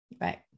right